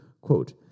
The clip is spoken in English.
Quote